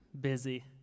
Busy